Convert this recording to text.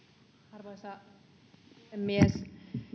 arvoisa puhemies